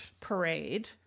parade